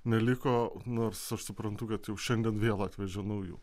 neliko nors aš suprantu kad jau šiandien vėl atvežė naujų